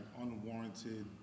unwarranted